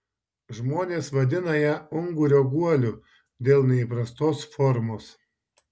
žmonės vadina ją ungurio guoliu dėl neįprastos formos